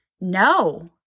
no